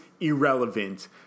irrelevant